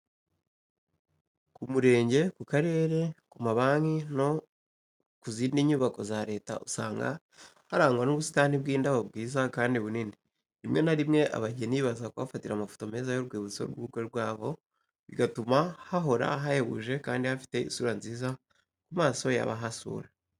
Ku murenge, ku karere, ku mabanki no ku zindi nyubako za leta, usanga harangwa n'ubusitani bw'indabo bwiza kandi bunini. Rimwe na rimwe, abageni baza kuhafatira amafoto meza y’urwibutso rw’ubukwe bwabo, bigatuma hahora hahebuje kandi hafite isura nziza ku maso y'abahasura.